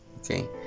okay